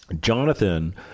Jonathan